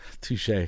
Touche